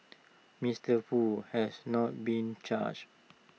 Mister Foo has not been charged